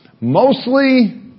Mostly